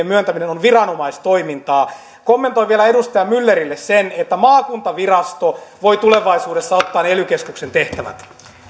myöntäminen on viranomaistoimintaa kommentoin vielä edustaja myllerille sen että maakuntavirasto voi tulevaisuudessa ottaa ne ely keskuksen tehtävät